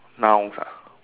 nouns ah